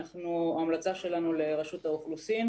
ההמלצה שלנו לרשות האוכלוסין